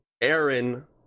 Aaron